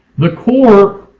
the corps